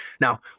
Now